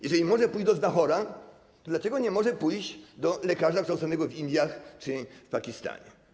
Jeżeli może pójść do znachora, to dlaczego nie może pójść do lekarza kształconego w Indiach czy w Pakistanie?